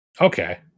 Okay